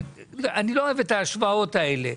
אני לא אוהב את ההשוואות האלו.